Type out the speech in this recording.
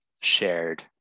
shared